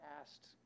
asked